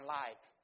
life